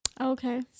Okay